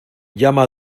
llama